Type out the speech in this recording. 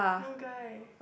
no guy